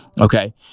Okay